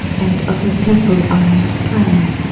and other people on this planet